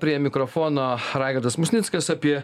prie mikrofono raigardas musnickas apie